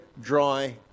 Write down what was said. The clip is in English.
dry